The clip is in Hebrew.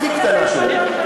הכי קטנה שלהם.